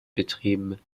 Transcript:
betrieben